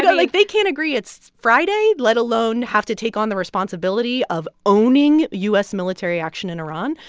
yeah like, they can't agree it's friday, let alone have to take on the responsibility of owning u s. military action in iran.